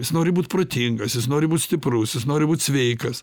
jis nori būt protingas jis nori būt stiprus jis nori būt sveikas